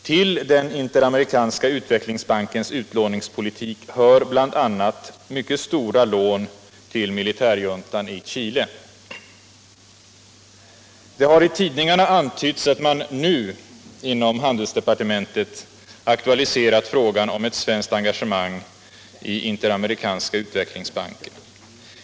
Till Interamerikanska utvecklingsbankens utlåningspolitik hör bl.a. mycket stora lån till militärjuntan i Chile. I tidningarna har det antytts att man nu inom handelsdepartementet aktualiserat frågan om svenskt engagemang i Interamerikanska utvecklingsbanken.